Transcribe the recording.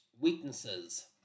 Weaknesses